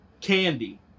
Candy